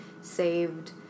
saved